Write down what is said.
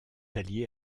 alliés